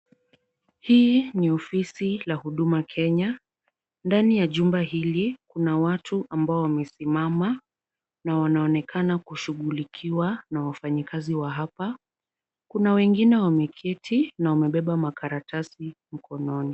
Hii ni ofisi la huduma Kenya. Ndani ya jumba hili kuna watu ambao wamesimama na wanaonekana kushughulikiwa na wafanyikazi wa hapa. Kuna wengine wameketi na wamebeba makaratasi mkononi.